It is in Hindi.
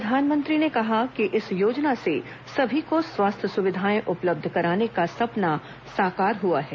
प्रधानमंत्री ने कहा कि इस योजना से सभी को स्वास्थ्य सुविधाएं उपलब्ध कराने का सपना साकार हुआ है